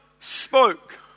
spoke